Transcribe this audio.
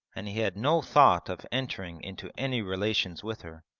and he had no thought of entering into any relations with her.